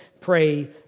pray